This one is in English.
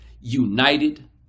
united